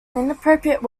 inappropriate